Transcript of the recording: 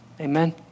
Amen